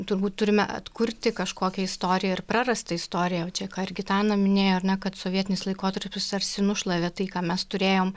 turbūt turime atkurti kažkokią istoriją ir prarastą istoriją čia ką ir gitaną minėjo ar ne kad sovietinis laikotarpis tarsi nušlavė tai ką mes turėjom